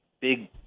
big